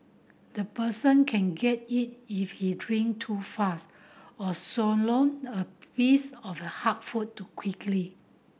the person can get it if he drink too fast or swallow a piece of the hard food too quickly